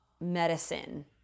medicine